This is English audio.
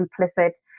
implicit